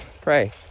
pray